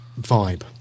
vibe